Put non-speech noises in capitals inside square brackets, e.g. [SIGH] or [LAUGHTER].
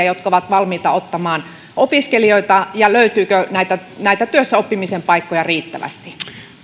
[UNINTELLIGIBLE] jotka ovat valmiita ottamaan opiskelijoita ja löytyykö näitä näitä työssäoppimisen paikkoja riittävästi